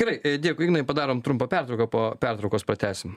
gerai dėkui ignai padarom trumpą pertrauką po pertraukos pratęsim